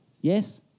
Yes